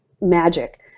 magic